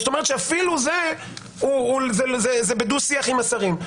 זאת אומרת שאפילו זה בדו-שיח עם השרים.